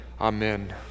amen